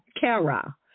Kara